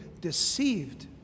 deceived